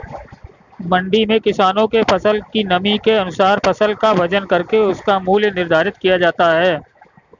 मंडी में किसानों के फसल की नमी के अनुसार फसल का वजन करके उसका मूल्य निर्धारित किया जाता है